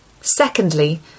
Secondly